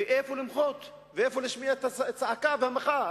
איפה למחות ואיפה להשמיע את הזעקה והמחאה.